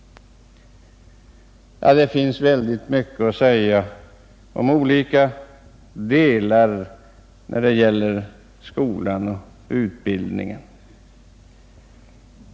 Det finns mycket att säga beträffande skolan och utbildningen.